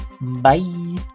bye